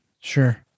Sure